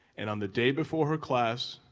and on the day before her class,